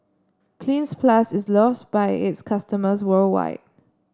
Cleanz Plus is loves by its customers worldwide